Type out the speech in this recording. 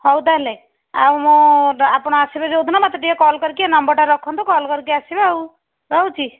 ହଉ ତାହେଲେ ଆଉ ମୁଁ ଆପଣ ଆସିବେ ଯେଉଁଦିନ ମୋତେ ଟିକେ କଲ୍ କରିକି ଏ ନମ୍ବରଟା ରଖନ୍ତୁ କଲ୍ କରିକି ଆସିବେ ଆଉ ରହୁଛି